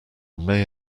may